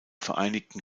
vereinigten